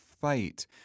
fight